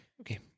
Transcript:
Okay